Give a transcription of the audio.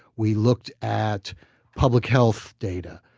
we looked at public health data,